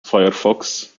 فَيَرفُكس